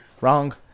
Wrong